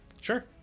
Sure